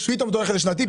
פתאום אתה הולך לשנתי,